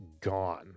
gone